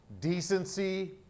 Decency